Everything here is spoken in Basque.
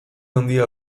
handia